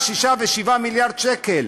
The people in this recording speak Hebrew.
6 ו-7 מיליארד שקל.